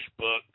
Facebook